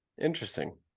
Interesting